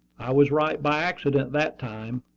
i was right by accident that time.